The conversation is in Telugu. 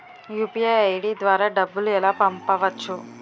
యు.పి.ఐ ఐ.డి ద్వారా డబ్బులు ఎలా పంపవచ్చు?